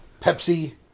Pepsi